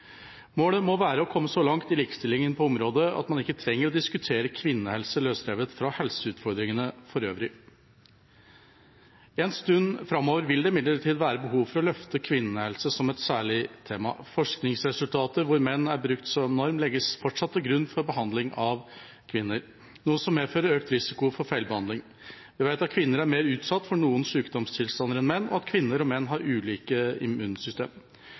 Målet må være å komme så langt i likestillingen på området at man ikke trenger å diskutere kvinnehelse løsrevet fra helseutfordringene for øvrig. En stund framover vil det imidlertid være behov for å løfte kvinnehelse som et særlig tema. Forskningsresultater hvor menn er brukt som norm, legges fortsatt til grunn for behandlingen av kvinner, noe som medfører økt risiko for feilbehandling. Vi vet at kvinner er mer utsatt for noen sykdomstilstander enn menn, og at kvinner og menn har ulike